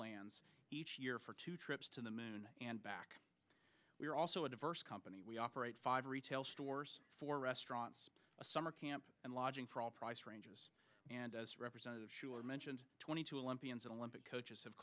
lands each year for two trips to the moon and back we are also a diverse company we operate five retail stores for restaurants a summer camp and lodging for all price ranges and as representative shuler mentioned twenty two olympians and limpid coaches